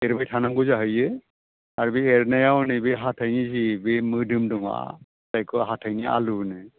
एरबाय थानांगौ जाहैयो आरो बे एरनायाव हनै हाथाइनि जि मोदोम दङ जायखौ हाथाइनि आलु होनो